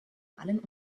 allen